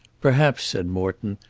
perhaps, said morton,